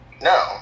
No